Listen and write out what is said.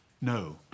No